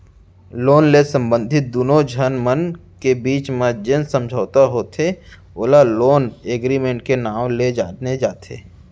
loan ले संबंधित दुनो झन मन के बीच म जेन समझौता होथे ओला लोन एगरिमेंट के नांव ले जाने जाथे